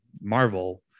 Marvel